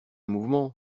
mouvement